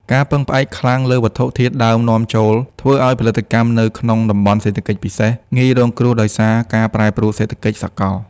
ការពឹងផ្អែកខ្លាំងលើវត្ថុធាតុដើមនាំចូល ធ្វើឱ្យផលិតកម្មនៅក្នុង តំបន់សេដ្ឋកិច្ចពិសេស ងាយរងគ្រោះដោយសារការប្រែប្រួលសេដ្ឋកិច្ចសកល។